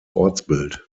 ortsbild